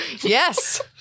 Yes